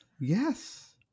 Yes